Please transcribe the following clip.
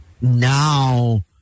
now